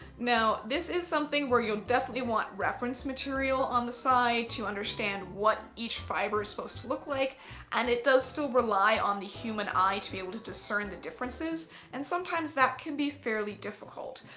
now this is something where you'll definitely want reference material on the side to understand what each fiber is supposed to look like and it does still rely on the human eye to be able to discern the differences and sometimes that can be fairly difficult.